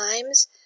times